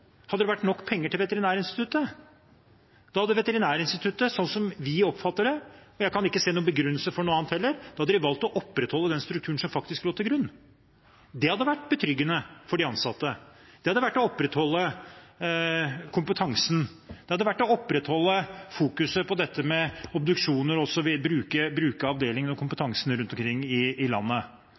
hadde vært nok penger til Veterinærinstituttet. Da hadde Veterinærinstituttet, slik vi oppfatter det – og jeg kan heller ikke se noen begrunnelse for noe annet – valgt å opprettholde den strukturen som faktisk lå til grunn. Det hadde vært betryggende for de ansatte. Det hadde vært å opprettholde kompetansen. Det hadde vært å holde fokus på dette med obduksjoner og bruke avdelingene og kompetansen rundt omkring i landet.